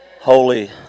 holy